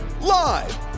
Live